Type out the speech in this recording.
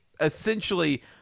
essentially